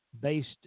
Based